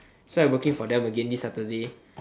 so I working for them again this saturday